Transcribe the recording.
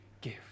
give